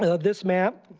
ah this map,